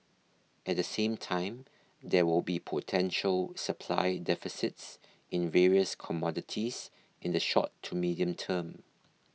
at the same time there will be potential supply deficits in various commodities in the short to medium term